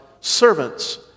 servants